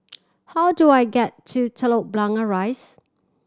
how do I get to Telok Blangah Rise